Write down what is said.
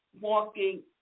walking